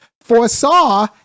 foresaw